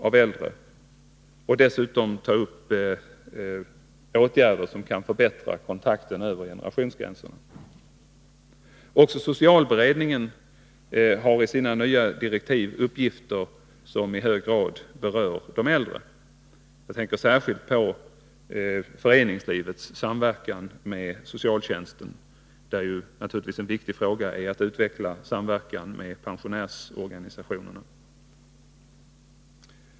Dessutom skall åtgärder vidtas som syftar till att förbättra kontakterna över generationsgränserna. I de nya direktiven för socialberedningen finns även uppgifter som berör de äldre. Jag tänker särskilt på föreningslivets samverkan med socialtjänsten. En viktig fråga är naturligtvis att samverkan med pensionärsorganisationerna utvecklas.